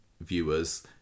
viewers